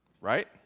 right